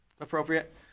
appropriate